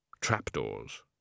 Trapdoors